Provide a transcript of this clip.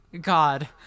God